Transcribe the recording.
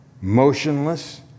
motionless